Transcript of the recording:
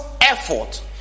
effort